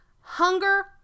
hunger